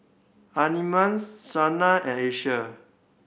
Shana and Asia